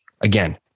Again